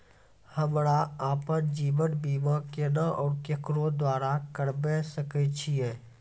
हमरा आपन जीवन बीमा केना और केकरो द्वारा करबै सकै छिये?